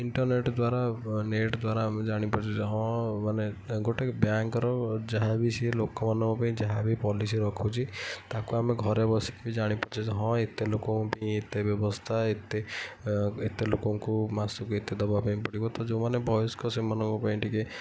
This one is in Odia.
ଇଣ୍ଟରନେଟ୍ ଦ୍ୱାରା ନେଟ୍ ଦ୍ୱାରା ଆମେ ଜାଣି ପାରୁଛୁ ଯେ ହଁ ମାନେ ଗୋଟେ ବ୍ୟାଙ୍କର ଯାହା ବି ସେ ଲୋକମାନଙ୍କ ପାଇଁ ଯାହା ବି ପଲିସି ରଖୁଛି ତାକୁ ଆମେ ଘରେ ବସି କି ଜାଣିପାରୁଛେ ହଁ ଏତେ ଲୋକମାନଙ୍କ ପାଇଁ ଏତେ ବ୍ୟବସ୍ଥା ଏତେ ଏତେ ଲୋକଙ୍କୁ ମାସକୁ ଏତେ ଦେବା ପାଇଁ ପଡ଼ିବ ତ ଯେଉଁମାନେ ବୟସ୍କ ସେମାନଙ୍କ ପାଇଁ ଟିକେ